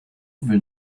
will